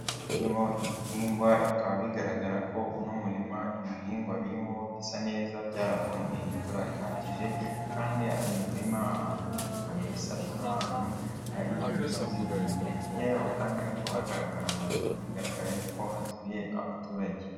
Birimo ibihingwa bikaba bigaragara ko uno murima ibihingwa birimo bisa neza byarabonye imvura ihagije, kandi uyu muririma ahantu uri bisa ari nk'ahantu hari imisozi miremire hirya yaho kandi hakaba hagaragara amazu bigaragara yuko hatuye abaturage.